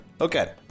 Okay